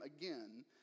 again